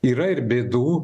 yra ir bėdų